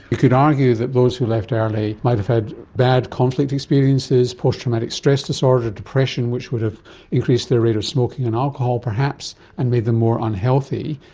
you could argue that those who left early might have had bad conflict experiences, post-traumatic stress disorder, depression, which would have increased their rate of smoking and alcohol perhaps and made them more unhealthy.